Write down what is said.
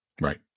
Right